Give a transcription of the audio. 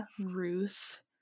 Ruth